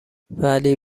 ولی